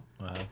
Wow